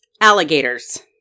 alligators